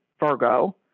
Virgo